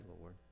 Lord